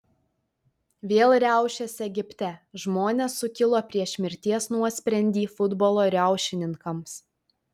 vėl riaušės egipte žmonės sukilo prieš mirties nuosprendį futbolo riaušininkams